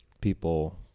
people